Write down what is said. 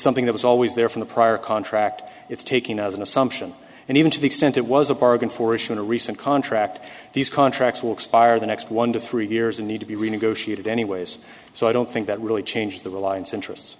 something that was always there from the prior contract it's taking as an assumption and even to the extent it was a bargain for issue in a recent contract these contracts will expire the next one to three years and need to be renegotiated anyways so i don't think that really changed the reliance interests